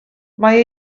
mae